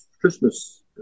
Christmas